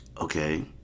okay